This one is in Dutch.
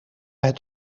het